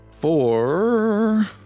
Four